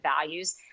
values